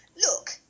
look